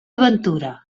ventura